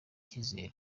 icyizere